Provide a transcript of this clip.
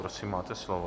Prosím, máte slovo.